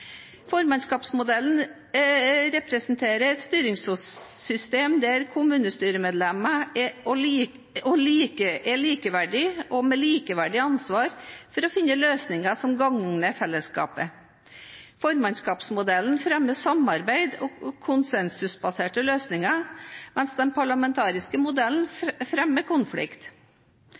Formannskapsmodellen representerer et styringssystem der kommunestyremedlemmene er likeverdige og med likeverdig ansvar for å finne løsninger som gagner fellesskapet. Formannskapsmodellen fremmer samarbeid og konsensusbaserte løsninger, mens den parlamentariske modellen